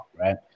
right